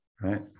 right